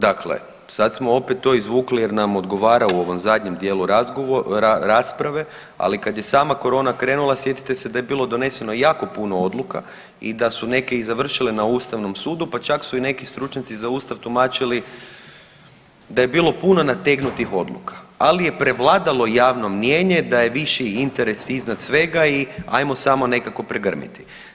Dakle, sad smo opet to izvukli jer nam odgovara u ovom zadnjem dijelu rasprave, ali kada je sama korona krenula sjetite se da je bilo doneseno jako puno odluka i da su neke i završile na Ustavnom sudu, pa čak su i neki stručnjaci za Ustav tumačili da je bilo puno nategnutih odluka, ali je prevladalo javno mnijenje da je viši interes iznad svega i ajmo samo nekako pregrmiti.